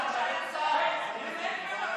מה,